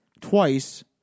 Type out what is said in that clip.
twice